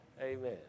Amen